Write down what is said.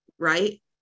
Right